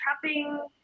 trapping